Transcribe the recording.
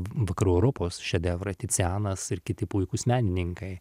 vakarų europos šedevrą ticianas ir kiti puikūs menininkai